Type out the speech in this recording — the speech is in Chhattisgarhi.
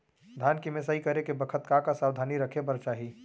धान के मिसाई करे के बखत का का सावधानी रखें बर चाही?